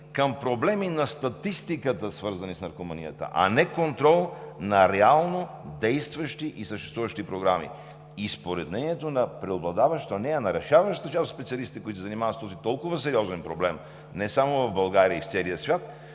към проблеми на статистиката, свързани с наркоманията, а не с контрола на реално действащи и съществуващи програми. Според мнението не на преобладаващата, а на решаващата част от специалистите, които се занимават с този толкова сериозен проблем не само в България, а и в целия свят,